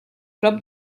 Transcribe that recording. prop